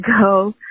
go